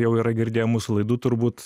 jau yra girdėję mūsų laidų turbūt